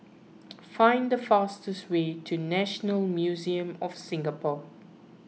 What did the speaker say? find the fastest way to National Museum of Singapore